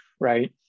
right